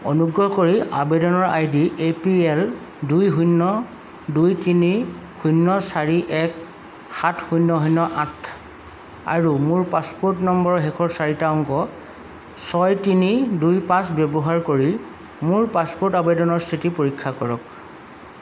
অনুগ্ৰহ কৰি আবেদনৰ I D A P L দুই শূন্য় দুই তিনি শূন্য় চাৰি এক সাত শূন্য় শূন্য় আঠ আৰু মোৰ পাছপোৰ্ট নম্বৰৰ শেষৰ চাৰিটা অংক ছয় তিনি দুই পাঁচ ব্যৱহাৰ কৰি মোৰ পাছপোৰ্ট আবেদনৰ স্থিতি পৰীক্ষা কৰক